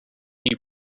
you